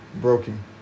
broken